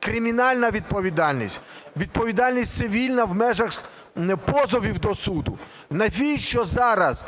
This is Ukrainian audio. кримінальна відповідальність, відповідальність цивільна в межах позовів до суду. Навіщо зараз